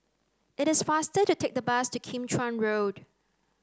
it is faster to take the bus to Kim Chuan Road